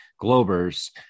globers